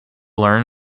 learn